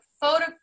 photo